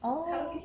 oh